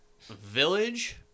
village